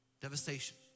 devastation